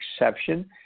exception